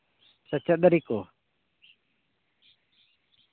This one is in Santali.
ᱥᱮ ᱪᱮᱫ ᱫᱟᱨᱮ ᱠᱚ